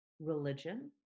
religion